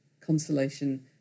consolation